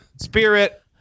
spirit